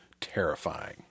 terrifying